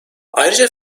ayrıca